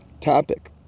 Topic